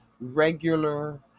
regular